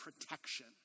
protection